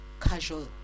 casual